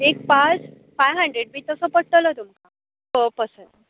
एक pass five hundred बी तसो पडटलो तुमका पर पर्सन